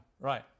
Right